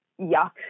yuck